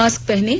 mask पहनें